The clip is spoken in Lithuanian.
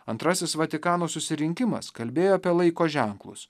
antrasis vatikano susirinkimas kalbėjo apie laiko ženklus